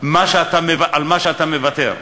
מה שאתה מוותר,